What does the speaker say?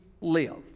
live